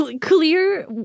Clear